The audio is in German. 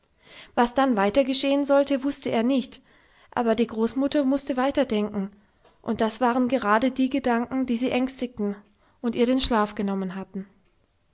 was dann weiter geschehen sollte wußte er nicht aber die großmutter mußte weiterdenken und das waren gerade die gedanken die sie ängstigten und ihr den schlaf genommen hatten